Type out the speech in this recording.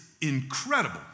incredible